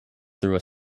through